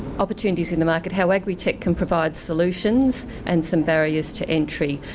opportunities in the market how agritech can provide solutions and some barriers to entry.